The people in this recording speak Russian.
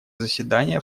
заседание